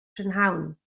prynhawn